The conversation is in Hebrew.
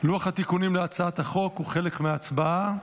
התיקונים להצעת החוק הוא חלק מההצבעה.